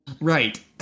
Right